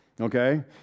Okay